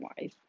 wise